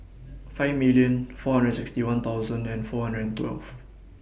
five million four hundred sixty one thousand and four hundred and twelve